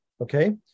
okay